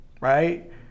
right